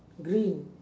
green